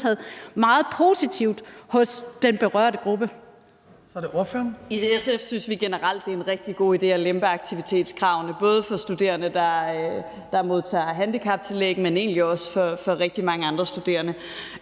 meget positivt af den berørte gruppe.